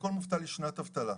לכל מובטל יש שנת אבטלה.